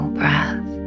breath